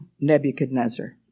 Nebuchadnezzar